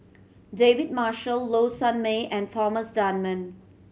David Marshall Low Sanmay and Thomas Dunman